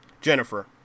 Jennifer